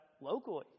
locally